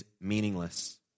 meaningless